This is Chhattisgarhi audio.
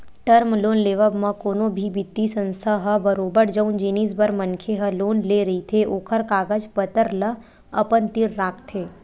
टर्म लोन लेवब म कोनो भी बित्तीय संस्था ह बरोबर जउन जिनिस बर मनखे ह लोन ले रहिथे ओखर कागज पतर ल अपन तीर राखथे